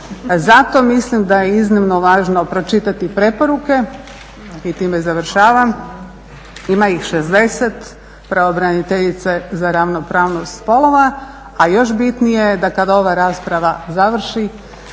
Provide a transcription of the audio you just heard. Zato mislim da je iznimno važno pročitati preporuke i time završavam, ima ih 60 pravobraniteljice za ravnopravnost spolova, a još bitnije je da kada ova rasprava završi,